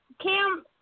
Cam